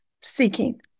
seeking